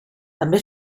també